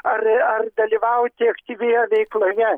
ar ar dalyvauti aktyvioje veikloje